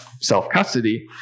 self-custody